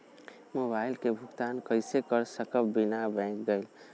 Mobile के भुगतान कईसे कर सकब बिना बैंक गईले?